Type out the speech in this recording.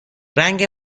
رنگ